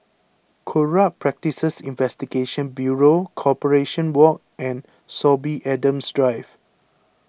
Corrupt Practices Investigation Bureau Corporation Walk and Sorby Adams Drive